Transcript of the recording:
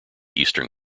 eastern